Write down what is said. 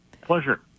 Pleasure